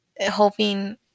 hoping